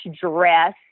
dress